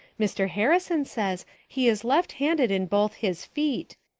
mr. harrison says he is left handed in both his feet.